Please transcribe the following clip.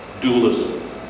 dualism